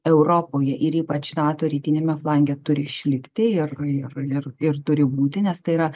europoje ir ypač nato rytiniame flange turi išlikti ir ir ir ir turi būti nes tai yra